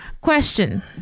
Question